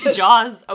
jaws